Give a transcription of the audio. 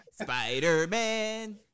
Spider-Man